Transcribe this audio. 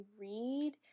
read